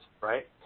right